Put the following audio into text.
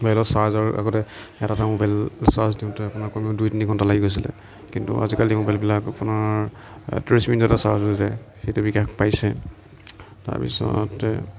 মোবাইলৰ চাৰ্জাৰ আগতে এটা এটা মোবাইল চাৰ্জ দিওঁতে আপোনাৰ কমেও দুই তিনি ঘণ্টা লাগি গৈছিলে কিন্তু আজিকালি মোবাইলবিলাক আপোনাৰ ত্ৰিছ মিনিটতে চাৰ্জ হৈ যায় সেইটো বিকাশ পাইছে তাৰ পিছতে